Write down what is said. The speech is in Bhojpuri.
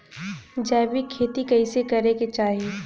जैविक खेती कइसे करे के चाही?